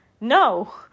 No